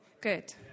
good